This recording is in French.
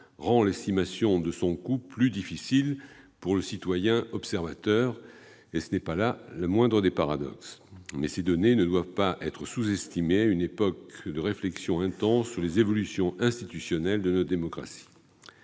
rend l'estimation de leur coût plus difficile pour le citoyen observateur. Ce n'est pas là le moindre des paradoxes. Cependant, ces données ne doivent pas être sous-estimées, à une époque de réflexion intense sur les évolutions institutionnelles de notre démocratie.